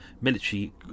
military